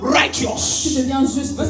righteous